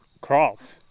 crops